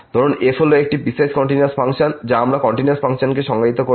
ধরুন f হল একটি পিসওয়াইস কন্টিনিউয়াস ফাংশন যা আমরা কন্টিনিউয়াস ফাংশনকে সংজ্ঞায়িত করেছি